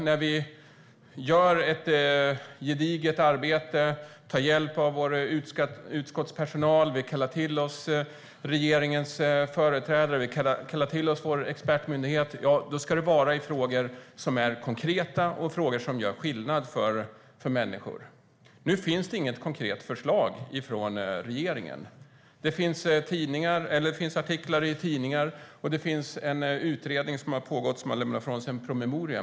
När vi gör ett gediget arbete, tar hjälp av vår utskottspersonal, kallar till oss regeringens företrädare och vår expertmyndighet ska det gälla frågor som är konkreta och som gör skillnad för människor. Nu finns det inget konkret förslag från regeringen. Det finns artiklar i tidningar, och det finns en utredning som har lämnat ifrån sig en promemoria.